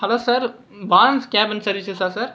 hello sir பான்ஸ் cabin சர்வீஸஸா sir